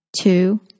Two